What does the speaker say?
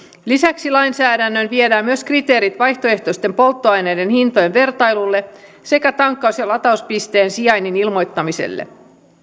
lisäksi lainsäädäntöön viedään myös kriteerit vaihtoehtoisten polttoaineiden hintojen vertailulle sekä tankkaus ja latauspisteen sijainnin ilmoittamiselle